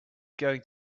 going